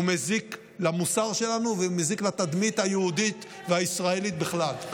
הוא מזיק למוסר שלנו והוא מזיק לתדמית היהודית והישראלית בכלל.